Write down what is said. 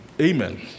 Amen